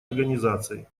организации